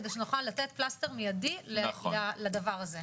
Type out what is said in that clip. כדי שנוכל לתת פלסטר מידי לדבר הזה,